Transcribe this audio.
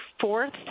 fourth